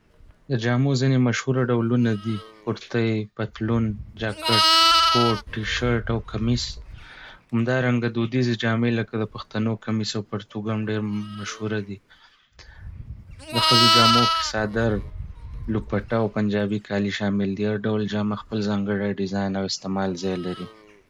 د جامو ځینې مشهور ډولونه دي کورتۍ، پتلون، جاکټ، کوټ، ټي شرټ، او کمیس. همدارنګه، دوديزې جامې لکه د پښتنو کميس او پرتوګ هم ډېرې مشهوره دي. د ښځو جامو کې څادر، لوپټه او پنجابي کالي شامل دي. هر ډول جامه خپل ځانګړی ډيزاين او استعمال ځای لري.